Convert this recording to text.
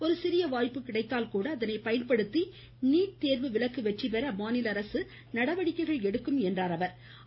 ஒரு சிறிய வாய்ப்பு கிடைத்தால் கூட அதனை பயன்படுத்தி நீட் தேர்வு விலக்கு வெற்றி பெற மாநில அரசு நடவடிக்கை எடுக்கும் என்றும் அவர் கூறினார்